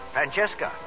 Francesca